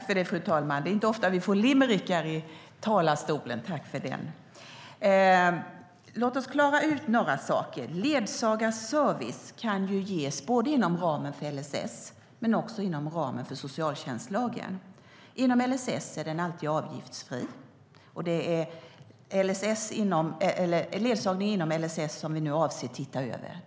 Fru talman! Det är inte ofta vi får limerickar i talarstolen. Tack för den! Låt oss klara ut några saker. Ledsagarservice kan ges både inom ramen för LSS och inom ramen för socialtjänstlagen. Inom LSS är den alltid avgiftsfri, och ledsagning inom LSS avser vi nu att se över.